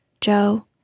Joe